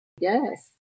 Yes